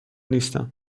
نیستم